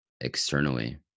externally